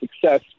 success